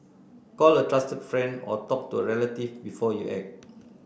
call a trusted friend or talk to a relative before you act